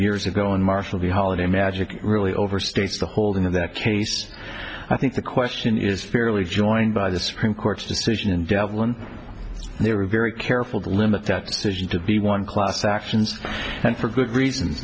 years ago and marshal the holiday magic really overstates the holding of the case i think the question is fairly joined by the supreme court's decision in devil and they were very careful to limit that decision to be one class actions and for good reason